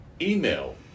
email